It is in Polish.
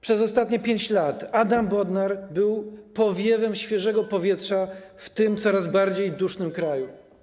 Przez ostatnie 5 lat Adam Bodnar był powiewem świeżego powietrza w tym coraz bardziej dusznym kraju.